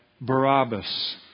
Barabbas